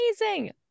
Amazing